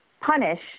punish